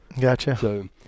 Gotcha